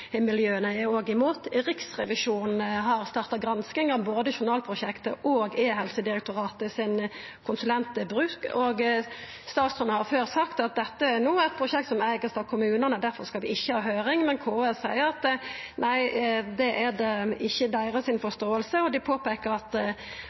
er òg imot. Riksrevisjonen har starta gransking både av journalprosjektet og av konsulentbruken til Direktoratet for e-helse. Statsråden har før sagt at dette no er eit prosjekt som er eigt av kommunane, og difor skal ein ikkje ha høyring, men KS seier at det ikkje er